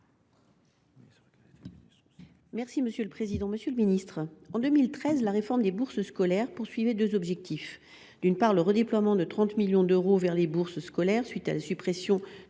des affaires étrangères. Monsieur le ministre, en 2013, la réforme des bourses scolaires avait deux objectifs : d’une part, le redéploiement de 30 millions d’euros vers les bourses scolaires, à la suite de la suppression